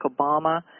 Obama